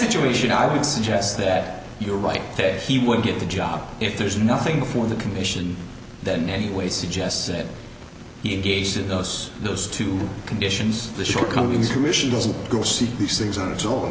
situation i would suggest that you're right that he would get the job if there's nothing before the commission that in any way suggests that he engaged in us those two conditions the shortcomings or mission doesn't go see these things on its own